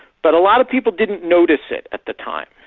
but a lot of people didn't notice it at the time.